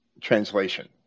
translation